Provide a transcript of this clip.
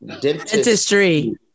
Dentistry